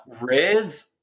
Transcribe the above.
Riz